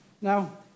Now